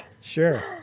sure